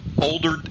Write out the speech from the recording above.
older